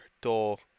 dull